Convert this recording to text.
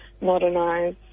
modernise